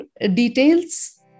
details